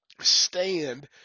stand